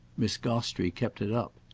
miss gostrey kept it up.